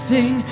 Sing